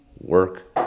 work